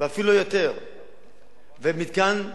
ואפילו יותר ומתקן שהייה.